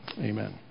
Amen